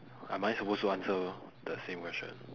am I supposed to answer the same question